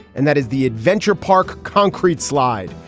and that is the adventure park concrete slide.